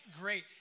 great